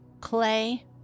clay